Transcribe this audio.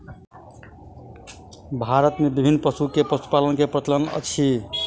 भारत मे विभिन्न पशु के पशुपालन के प्रचलन अछि